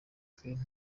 twese